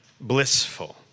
blissful